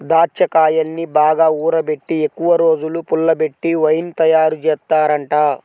దాచ్చాకాయల్ని బాగా ఊరబెట్టి ఎక్కువరోజులు పుల్లబెట్టి వైన్ తయారుజేత్తారంట